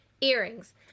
earrings